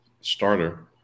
Starter